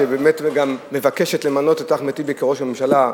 שגם מבקשת למנות את אחמד טיבי לראש הממשלה,